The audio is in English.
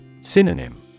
Synonym